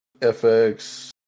FX